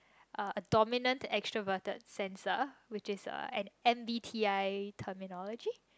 a dominant extraverted sensor which is a N_B_T_i terminology